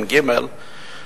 בגימ"ל,